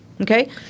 Okay